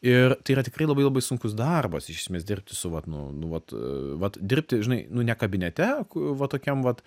ir tai yra tikrai labai labai sunkus darbas iš esmės dirbti su vat nu nu vat vat dirbti žinai nu ne kabinete ku va tokiam vat